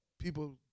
people